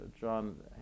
John